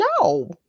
no